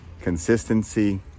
Consistency